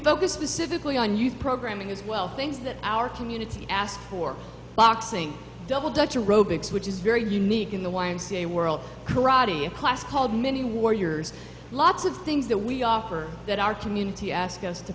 focus specifically on youth programming as well things that our community ask for boxing double dutch or robotics which is very unique in the y m c a world karate class called mini warriors lots of things that we offer that our community ask us to